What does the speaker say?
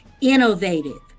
innovative